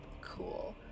cool